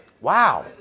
Wow